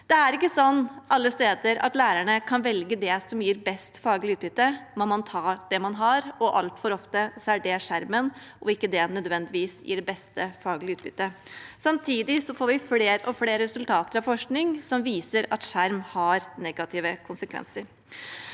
Det er ikke sånn alle steder at lærerne kan velge det som gir best faglig utbytte, man må ta det man har. Altfor ofte er det skjermen, og den gir ikke nødvendigvis det beste faglige utbyttet. Samtidig får vi flere og flere resultater av forskning som viser at skjerm har negative konsekvenser.